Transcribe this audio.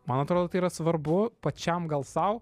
man atrodo tai yra svarbu pačiam gal sau